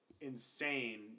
insane